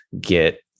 get